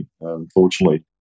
Unfortunately